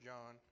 John